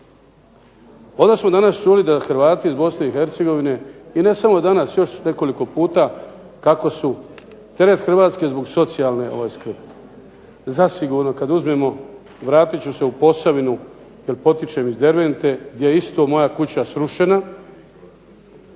Onda smo danas čuli da Hrvati iz Bosne i Hercegovine, i ne samo danas, još nekoliko puta, kako su teret Hrvatske zbog socijalne skrbi. Zasigurno kad uzmemo, vratit ću se u Posavinu jer potičem iz Dervente gdje je isto moja kuća srušena,